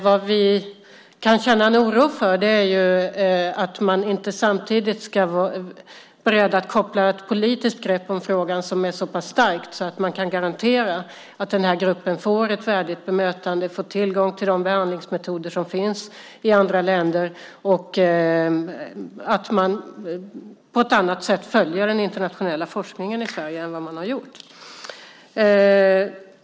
Vi kan känna oro för att man inte samtidigt är beredd att koppla ett politiskt grepp om frågan som är så starkt att man kan garantera att den här gruppen får ett värdigt bemötande, får tillgång till de behandlingsmetoder som finns i andra länder och att man i Sverige på ett annat sätt än vad man har gjort följer den internationella forskningen.